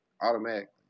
Automatically